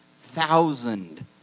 thousand